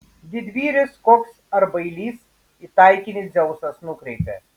didvyris koks ar bailys į taikinį dzeusas nukreipia